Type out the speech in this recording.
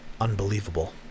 unbelievable